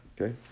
Okay